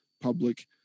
public